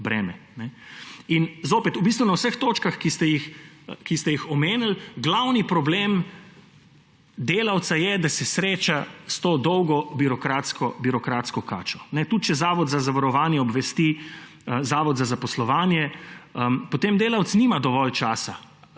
In zopet; v bistvu na vseh točkah, ki ste jih omenili, glavni problem delavca je, da se sreča s to dolgo birokratsko kačo. Tudi če Zavod za zavarovanje obvesti Zavod za zaposlovanje, potem delavec nima dovolj časa.